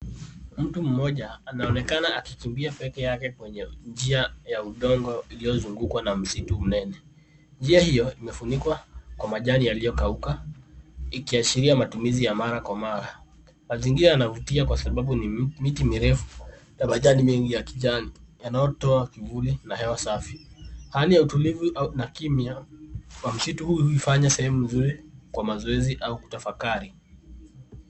Mtu mmoja, anaonekana akikimbia pekee yake kwenye njia ya udongo iliyozungukwa na msitu mnene. Njia hiyo imefunikwa, kwa majani yaliyokauka, ikiashiria matumizi ya mara kwa mara. Mazingira yanavutia kwa sababu ni miti mirefu na majani mengi ya kijani, yanayotoa kivuli na hewa safi. Hali ya utulivu au na kimya, kwa msitu huu ulifanya sehemu mzuri, kwa mazoezi au kutafakari.